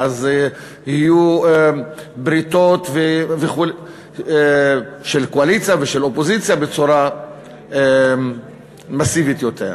ואז יהיו בריתות של קואליציה ושל אופוזיציה בצורה מסיבית יותר.